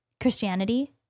Christianity